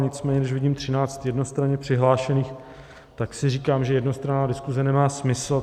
Nicméně když vidím třináct jednostranně přihlášených, tak si říkám, že jednostranná diskuse nemá smysl.